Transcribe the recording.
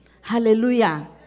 Hallelujah